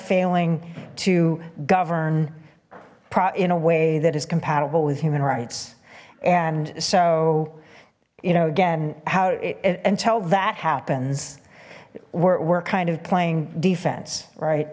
failing to govern in a way that is compatible with human rights and so you know again how until that happens we're kind of playing defense right